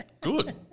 good